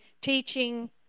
teaching